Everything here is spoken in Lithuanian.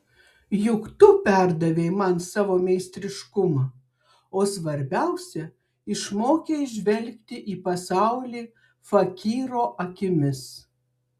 juk tu perdavei man savo meistriškumą o svarbiausia išmokei žvelgti į pasaulį fakyro akimis